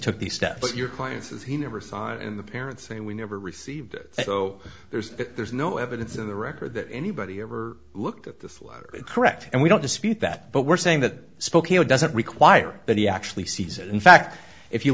took the step but your client says he never saw it and the parents say we never received it so there's there's no evidence of the record that anybody ever looked at this letter correct and we don't dispute that but we're saying that spokeo doesn't require that he actually sees and in fact if you